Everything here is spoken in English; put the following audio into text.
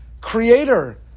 Creator